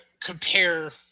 compare –